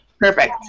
Perfect